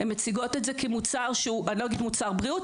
הן מציגות את זה כמוצר שהוא אני לא אגיד מוצר בריאות,